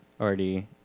already